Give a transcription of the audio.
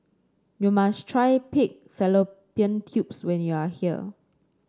you must try Pig Fallopian Tubes when you are here